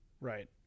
Right